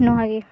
ᱱᱚᱣᱟ ᱜᱮ